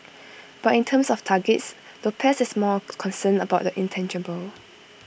but in terms of targets Lopez is more concerned about the intangible